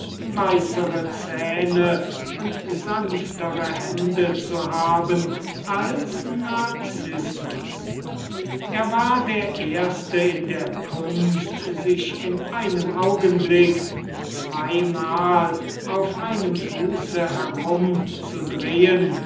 zähne und sanftere hände zu haben als narcissus er war der erste in der kunst sich in einem augenblick zweimal auf einem fuß herum